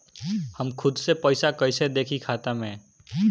हम खुद से पइसा कईसे देखी खाता में?